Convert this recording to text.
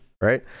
right